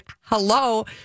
Hello